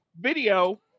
video